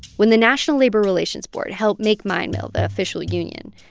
when the national labor relations board helped make mine mill the official union,